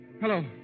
Hello